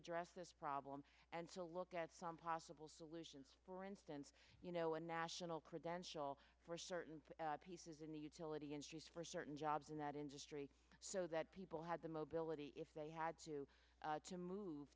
address this problem and to look at some possible solutions for instance you know a national credential for certain pieces in the utility industries for certain jobs in that industry so that people had the mobility if they had to to move